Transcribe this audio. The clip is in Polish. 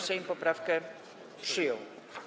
Sejm poprawkę przyjął.